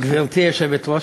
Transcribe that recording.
גברתי היושבת-ראש,